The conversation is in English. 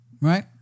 Right